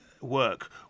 work